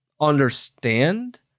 understand